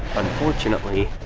unfortunately,